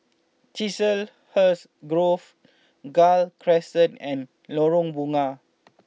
Chiselhurst Grove Gul Crescent and Lorong Bunga